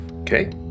Okay